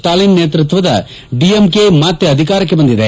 ಸ್ಲಾಲಿನ್ ನೇತೃತ್ವದ ಡಿಎಂಕೆ ಮತ್ತೆ ಅಧಿಕಾರಕ್ತೆ ಬಂದಿದೆ